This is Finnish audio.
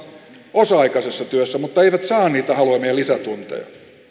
osa aikaisessa työssä mutta eivät saa niitä haluamiaan lisätunteja